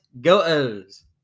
Go-O's